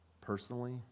personally